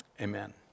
Amen